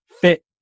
fit